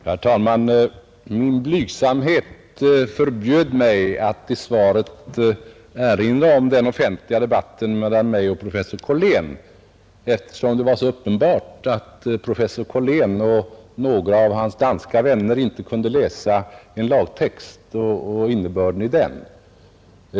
Herr talman! Min blygsamhet förbjöd mig att i svaret erinra om den offentliga debatten mellan mig och professor Korlén, eftersom det var så uppenbart att professor Korlén och några av hans danska vänner inte kunde läsa en lagtext och förstå innebörden i den.